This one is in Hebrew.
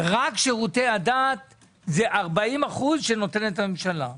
ורק שירותי הדת זה 40% שנותנת הממשלה.